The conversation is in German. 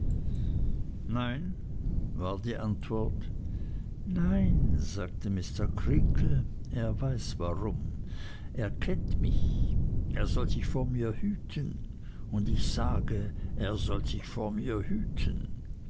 nein war die antwort nein sagte mr creakle er weiß warum er kennt mich er soll sich vor mir hüten ich sage er soll sich vor mir hüten